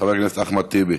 חבר הכנסת אחמד טיבי,